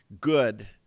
good